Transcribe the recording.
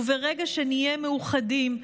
וברגע שנהיה מאוחדים,